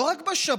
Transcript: ולא רק בשב"כ,